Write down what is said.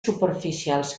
superficials